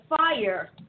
fire